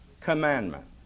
commandment